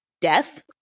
death